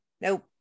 nope